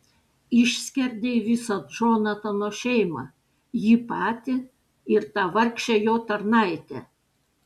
išskerdei visą džonatano šeimą jį patį ir tą vargšę jo tarnaitę